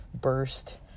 burst